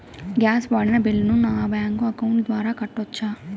Gas వాడిన బిల్లును నా బ్యాంకు అకౌంట్ ద్వారా కట్టొచ్చా?